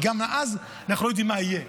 כי גם אז אנחנו לא יודעים מה יהיה.